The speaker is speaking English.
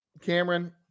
Cameron